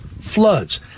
floods